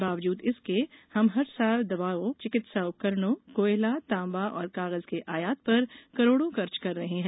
बावजूद इसके हम हर साल दवाओं चिकित्सा उपकरणों कोयला तांबा और कागज के आयात पर करोड़ो खर्च कर रहे है